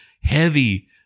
heavy